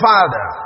Father